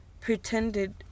pretended